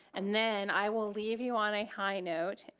and then i will leave you on a high note.